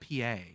pa